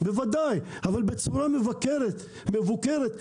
אבל בצורה מבוקרת,